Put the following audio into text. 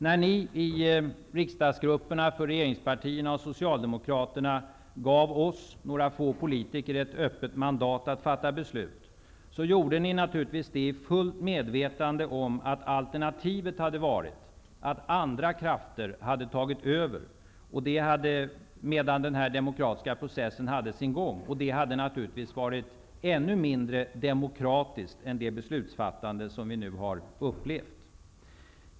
När ni i riksdagsgrupperna för regeringspartierna och Socialdemokraterna gav oss, några få politiker, ett öppet mandat att fatta beslut, gjorde ni det naturligtvis fullt medvetna om att alternativet skulle ha varit att andra krafter hade tagit över, medan den här demokratiska processen hade sin gång. Det hade självfallet varit ännu mindre demokratiskt än det beslutsfattande som vi nu har upplevt.